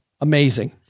Amazing